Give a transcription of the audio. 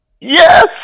Yes